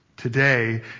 Today